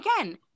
again